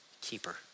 keeper